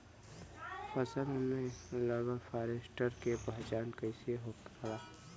फसल में लगल फारेस्ट के पहचान कइसे होला?